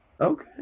Okay